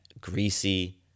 greasy